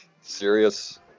serious